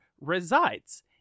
resides